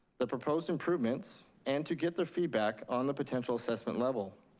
the proposed improvements, and to get their feedback on the potential assessment level.